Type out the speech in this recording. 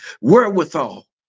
wherewithal